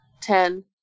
Ten